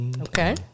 Okay